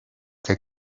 que